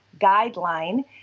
guideline